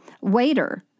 Waiter